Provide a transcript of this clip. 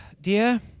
dear